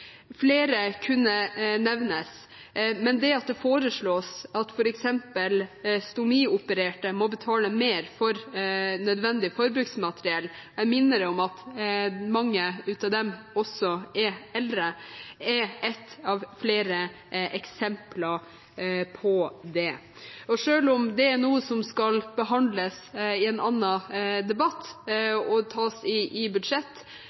Flere kunne nevnes, men at det foreslås at stomiopererte må betale mer for nødvendig forbruksmateriell – jeg minner om at mange av dem også er eldre – er ett av flere eksempler på det. Selv om det er noe som skal behandles i en annen debatt og tas i budsjettet, handler det om å se en helhet i